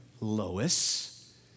Lois